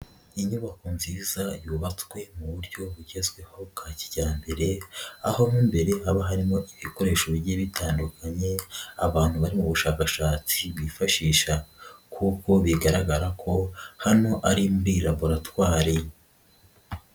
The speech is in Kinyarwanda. Inyubako nziza yubatswe mu buryo bugezweho bwa kijyambere aho mo imbere haba harimo ibikoresho bigiye bitandukanye abantu bari mu bushakashatsi bifashisha kuko bigaragara ko hano ari muri laboratwari.